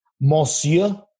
Monsieur